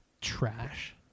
trash